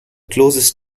closest